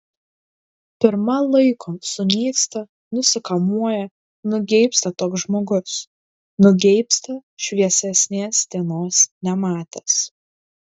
pirma laiko sunyksta nusikamuoja nugeibsta toks žmogus nugeibsta šviesesnės dienos nematęs